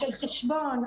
של חשבון,